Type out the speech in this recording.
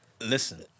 Listen